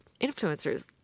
influencers